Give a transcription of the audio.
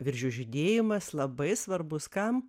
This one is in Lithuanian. viržių žydėjimas labai svarbus kam